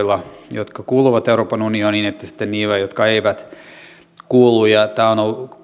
jotka kuuluvat euroopan unioniin että sitten niillä jotka eivät kuulu tämä on ollut myös